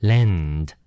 Land